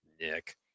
nick